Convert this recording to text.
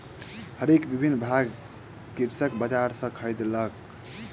हरक विभिन्न भाग कृषक बजार सॅ खरीदलक